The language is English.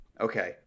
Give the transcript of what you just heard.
okay